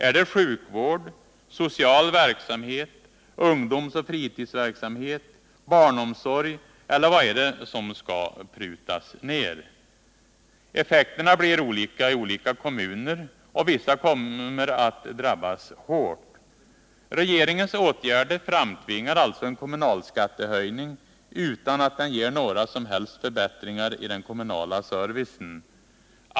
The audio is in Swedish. Är det sjukvården, social verksamhet, ungdomsoch fritidsverksamhet, barnomsorg eller vad är det som skall prutas ner? Effekterna blir olika i olika kommuner, och vissa kommer att drabbas hårt. Regeringens åtgärder framtvingar alltså en kommunalskattehöjning utan att den ger några som helst förbättringar i den kommunala servicen.